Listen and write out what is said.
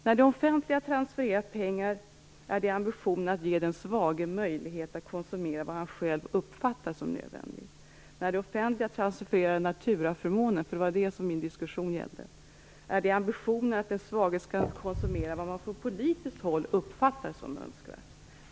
När det offentliga transfererar pengar är ambitionen att ge den svage möjlighet att konsumera vad han själv uppfattar som nödvändigt. När det offentliga transfererar naturaförmåner, och det var det min diskussion gällde, är ambitionen att den svage skall konsumera vad man på politiskt håll uppfattar som önskvärt.